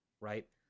right